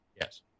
yes